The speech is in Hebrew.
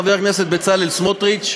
חבר הכנסת בצלאל סמוטריץ,